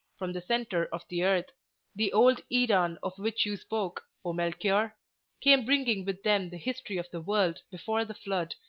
from the centre of the earth the old iran of which you spoke, o melchior came bringing with them the history of the world before the flood,